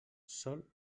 sol